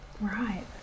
Right